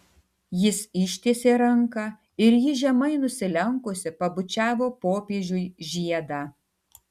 jis ištiesė ranką ir ji žemai nusilenkusi pabučiavo popiežiui žiedą